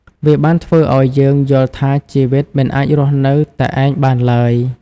វាបានធ្វើឱ្យយើងយល់ថាជីវិតមិនអាចរស់នៅតែឯងបានឡើយ។